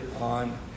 on